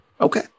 okay